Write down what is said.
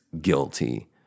guilty